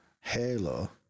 Halo